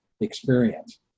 experience